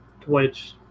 Twitch